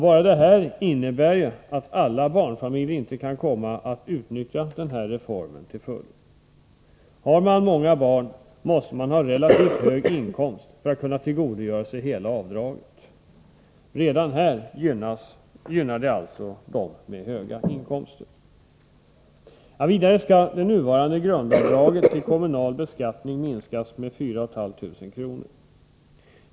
Bara detta innebär att alla barnfamiljer inte kan komma att utnyttja denna reform till fullo. Har man många barn måste man ha relativt hög inkomst för att kunna tillgodogöra sig hela avdraget. Redan här gynnar det alltså dem med höga inkomster. Vidare skall det nuvarande grundavdraget till kommunal beskattning minskas med 4 500 kr.